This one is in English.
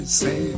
say